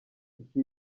iki